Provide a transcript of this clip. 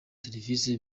serivisi